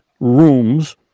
Rooms